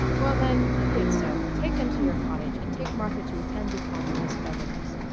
well, then, be it so take them to your cottage, and take martha to attend upon the miss beverleys.